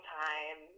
time